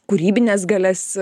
kūrybines galias